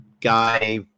guy